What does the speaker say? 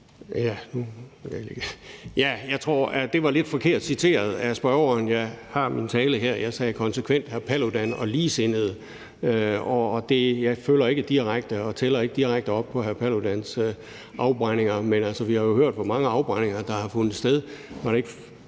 Jeg tror, det var lidt forkert citeret af spørgeren. Jeg har min tale her, og jeg sagde konsekvent hr. Paludan og ligesindede, og jeg følger ikke og tæller ikke direkte op på hr. Paludans afbrændinger, men vi har jo hørt, hvor mange afbrændinger der har fundet sted. Var det ikke